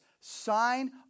sign